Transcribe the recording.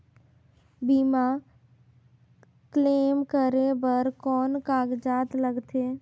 बीमा क्लेम करे बर कौन कागजात लगथे?